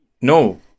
No